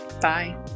Bye